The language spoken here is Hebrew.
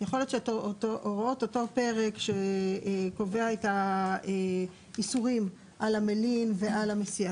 יכול להיות שהוראת אותו פרק שקובע את האיסורים על המלין ועל המסיע,